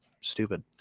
stupid